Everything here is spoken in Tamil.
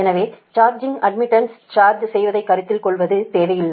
எனவே சார்ஜிங் அட்மிடன்ஸில் சார்ஜ் செய்வதைக் கருத்தில் கொள்ளத் தேவையில்லை